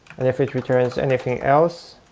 and if it returns anything else,